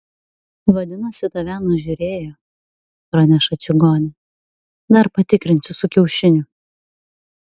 vadinasi tave nužiūrėjo praneša čigonė dar patikrinsiu su kiaušiniu